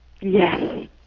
Yes